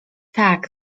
tak